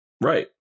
Right